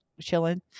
chilling